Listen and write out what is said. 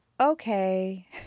okay